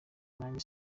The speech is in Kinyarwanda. nanjye